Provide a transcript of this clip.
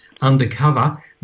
undercover